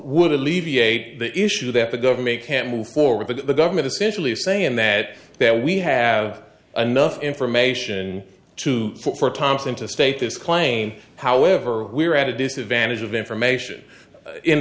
would alleviate the issue that the government can move forward with the government essentially saying that there we have anough information to for thomson to state this claim however we're at a disadvantage of information in